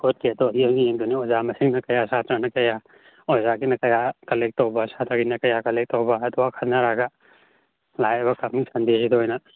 ꯑꯩꯈꯣꯏ ꯌꯦꯡꯗꯕꯅꯤꯅ ꯑꯣꯖꯥ ꯃꯁꯤꯡꯅ ꯀꯌꯥ ꯁꯥꯇ꯭ꯔꯥꯅ ꯀꯌꯥ ꯑꯣꯖꯥꯒꯤꯅ ꯀꯌꯥ ꯀꯂꯦꯛ ꯇꯧꯕ ꯁꯥꯇ꯭ꯔꯥꯒꯤꯅ ꯀꯌꯥ ꯀꯜꯂꯦꯛ ꯇꯧꯕ ꯑꯗꯨꯒ ꯈꯟꯅꯔꯒ ꯂꯥꯛꯂꯤꯕ ꯀꯃꯤꯡ ꯁꯟꯗꯦꯁꯤꯗ ꯑꯣꯏꯅ